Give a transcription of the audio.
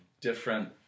different